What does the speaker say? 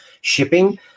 shipping